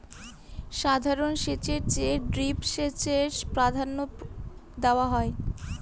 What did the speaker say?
সাধারণ সেচের চেয়ে ড্রিপ সেচকে প্রাধান্য দেওয়া হয়